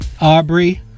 Aubrey